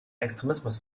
extremismus